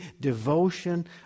devotion